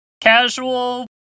casual